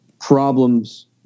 problems